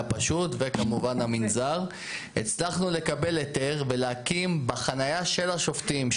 פשוטי וכמובן המנזר הצלחנו לקבל היתר ולהקים בחניה של השופטים,